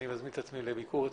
אני מזמין את עצמי לביקור אצלכם.